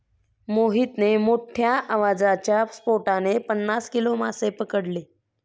मोहितने मोठ्ठ्या आवाजाच्या स्फोटाने पन्नास किलो मासे पकडले